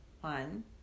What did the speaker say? One